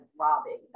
robbing